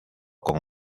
con